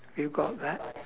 you got that